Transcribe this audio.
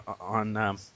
on